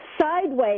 sideways